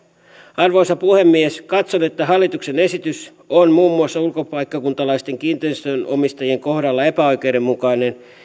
arvoisa puhemies katson että hallituksen esitys on muun muassa ulkopaikkakuntalaisten kiinteistönomistajien kohdalla epäoikeudenmukainen